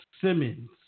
Simmons